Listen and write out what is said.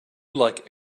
like